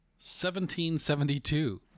1772